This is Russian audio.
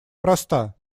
проста